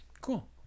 Cool